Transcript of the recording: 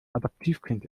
adoptivkind